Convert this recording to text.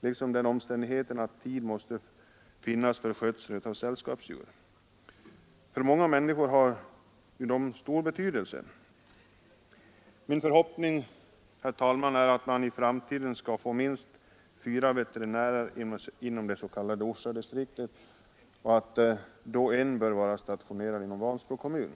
liksom till den omständigheten att tid måste finnas för skötseln av sällskapsdjur. För många människor har ju dessa djur stor betydelse. Min förhoppning, herr talman, är att man i framtiden skall få minst fyra veterinärer inom det s.k. Orsadistriktet och att en då bör vara stationerad inom Vansbro kommun.